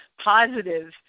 positive